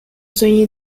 soigner